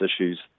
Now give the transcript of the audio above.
issues